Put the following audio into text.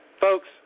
Folks